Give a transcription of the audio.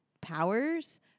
powers